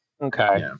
Okay